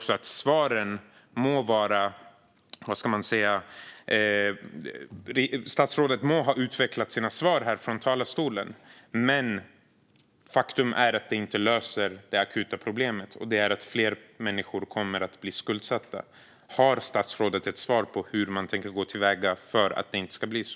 Statsrådet må ha utvecklat sina svar här från talarstolen. Men faktum är att de inte löser det akuta problemet, som är att fler människor kommer att bli skuldsatta. Har statsrådet ett svar på hur man tänker gå till väga för att det inte ska bli så?